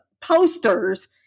posters